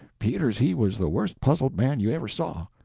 peters, he was the worst puzzled man you ever saw.